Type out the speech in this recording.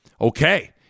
Okay